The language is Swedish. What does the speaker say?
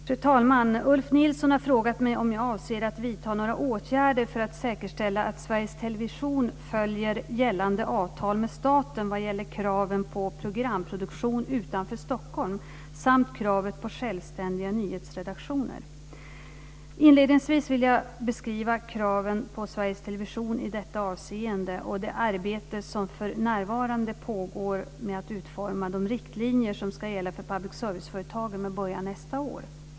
Fru talman! Ulf Nilsson har frågat mig om jag avser att vidta några åtgärder för att säkerställa att Sveriges Television följer gällande avtal med staten vad gäller kraven på programproduktion utanför Stockholm samt kravet på självständiga nyhetsredaktioner. Inledningsvis vill jag beskriva kraven på Sveriges Television i detta avseende och det arbete som för närvarande pågår med att utforma de riktlinjer som ska gälla för public service-företagen med början nästa år.